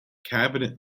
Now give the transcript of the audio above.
cabinet